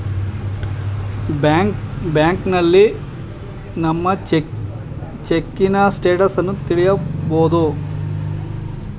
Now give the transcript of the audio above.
ಬ್ಯಾಂಕ್ನಲ್ಲಿ ನಮ್ಮ ಚೆಕ್ಕಿನ ಸ್ಟೇಟಸನ್ನ ತಿಳಿಬೋದು